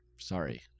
Sorry